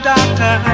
Doctor